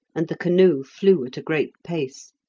and the canoe flew at a great pace.